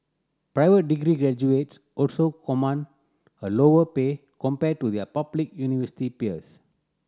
private degree graduates also command a lower pay compared to their public university peers